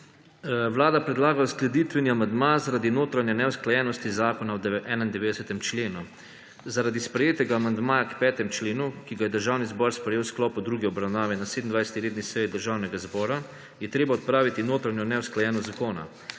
Vlada predlaga uskladitveni amandma zaradi notranje neusklajenosti zakona v 91. členu. Zaradi sprejetega amandmaja k 5. členu, ki ga je Državni zbor sprejel v sklopu druge obravanve na 27. redni seji Državnega zbora je treba odpraviti notranjo neusklajenost zakona.